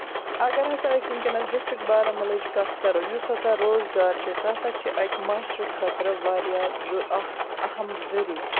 اَگَر ہَسا أسۍ وُِنکیٚنَس ڈِسٹرک بارامُلاہٕچ کتھ کَرو یُس ہَسا روزگار چھُ سُہ ہَسا چھُ اَکہِ معاشرٕ خٲطرٕ واریاہ ضوٚ اکھ أہم ذٔریعہِ